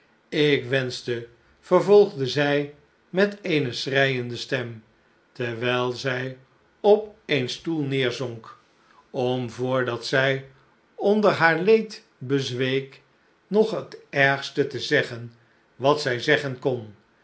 ik wenschte vervolgde zij met eene schreiende stem sissy erkent dat zij zeer dom is terwijl zij op een stoal neerzonk om voordat zy onder haar leed bezweek nog het ergste te zeggen wat zij zeggen kon